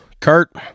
Kurt